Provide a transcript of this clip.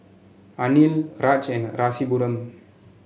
Anil Raj and Rasipuram